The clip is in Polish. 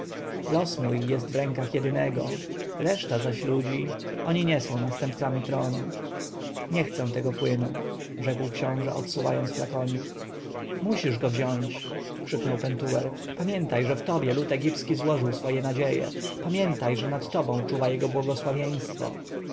los mój jest w ręku jedynego reszta zaś ludzi oni nie są następcami tronu nie chcę tego płynu rzekł książę odsuwając flakonik musisz go wziąć krzyknął pentuer pamiętaj że w tobie lud egipski złożył swoje nadzieje pamiętaj że nad tobą czuwa jego błogosławieństwo